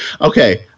Okay